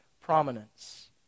prominence